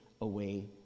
away